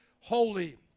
holy